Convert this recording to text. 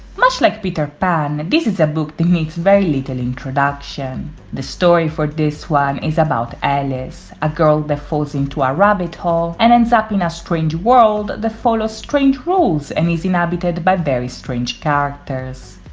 much like peter pan, this is a book that needs very little introduction the story for this one is about alice, a girl that falls into a rabbit hole and ends up you know strange world that follows strange rules and is inhabited by very strange characters.